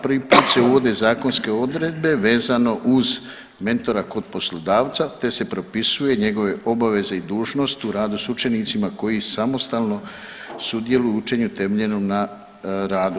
Prvi put se uvode zakonske odredbe vezano uz mentora kod poslodavca, te se propisuju njegove obaveze i dužnost u radu s učenicima koji samostalno sudjeluju u učenju temeljenom na radu.